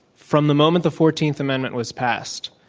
from the moment the fourteenth amendment was passed,